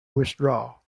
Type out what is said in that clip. withdraw